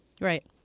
Right